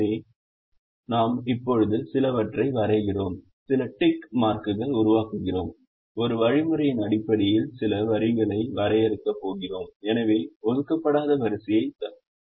எனவே நாம் இப்போது சிலவற்றை வரைகிறோம் சில டிக் மார்க்குகள் உருவாக்குகிறோம் ஒரு வழிமுறையின் அடிப்படையில் சில வரிகளை வரையப் போகிறோம் எனவே ஒதுக்கப்படாத வரிசையைத் தட்டவும்